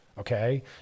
Okay